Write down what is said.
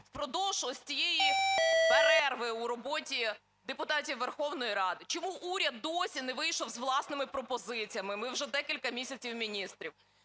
впродовж ось цієї перерви у роботі депутатів Верховної Ради? Чому уряд досі не вийшов з власними пропозиціями? Ви вже декілька місяців міністр.